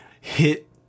hit-